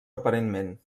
aparentment